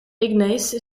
ignace